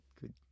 good